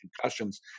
concussions